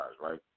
right